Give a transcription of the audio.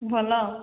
ଭଲ